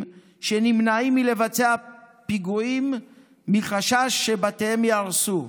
שנמנעים מלבצע פיגועים מחשש שבתיהם ייהרסו.